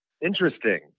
interesting